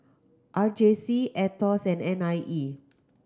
R J C Aetos and N I E